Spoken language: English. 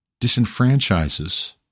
disenfranchises